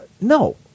No